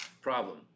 problem